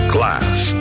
Class